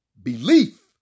belief